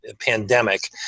pandemic